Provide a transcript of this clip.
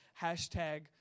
hashtag